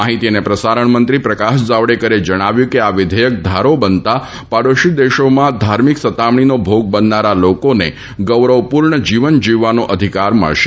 માહિતી અને પ્રસારણ મંત્રી પ્રકાશ જાવડેકરે જણાવ્યું છે કે આ વિઘેયક ધારો બનતા પાડોશી દેશોમાં ધાર્મિક સતામણીનો ભોગ બનનારા લોકોને ગૌરવપૂર્ણ જીવન જીવવાનો અધિકાર મળશે